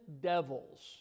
devils